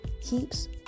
keeps